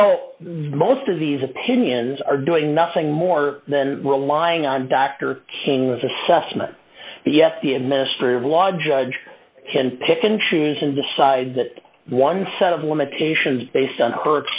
so most of these opinions are doing nothing more than relying on dr king's assessment yet the a ministry of law judge can pick and choose and decide that one set of limitations based on her